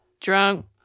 drunk